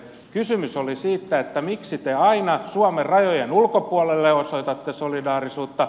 kysymys oli siitä miksi te aina suomen rajojen ulkopuolelle osoitatte solidaarisuutta